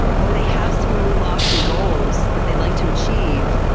or they have some really lofty goals that they'd like to achieve,